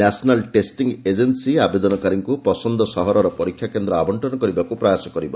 national testing agency ଆବେଦନକାରୀଙ୍କୁ ପସନ୍ଦ ସହରର ପରୀକ୍ଷାକେନ୍ଦ୍ ଆବଶ୍ଚନ କରିବାକୁ ପ୍ରୟାସ କରିବ